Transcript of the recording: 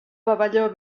pavelló